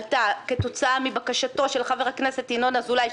עלתה כתוצאה מבקשתו של חבר הכנסת ינון אזולאי,